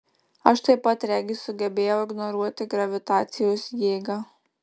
aš taip pat regis sugebėjau ignoruoti gravitacijos jėgą